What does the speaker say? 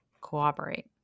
cooperate